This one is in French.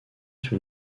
être